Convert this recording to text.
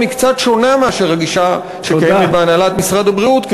בתחום הזה קצת שונה מאשר הגישה בהנהלת משרד הבריאות,